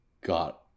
got